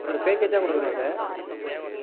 ஒரு பேக்கேஜாக கொடுக்குறோம் அதை